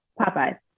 popeyes